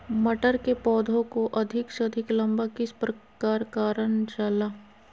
मटर के पौधा को अधिक से अधिक लंबा किस प्रकार कारण जाला?